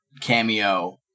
cameo